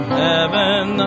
heaven